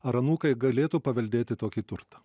ar anūkai galėtų paveldėti tokį turtą